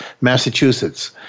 Massachusetts